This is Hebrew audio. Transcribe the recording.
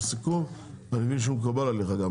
סיכום ואני מבין שהוא גם מקובל עליך,